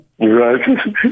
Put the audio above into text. right